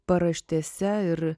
paraštėse ir